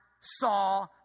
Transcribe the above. saw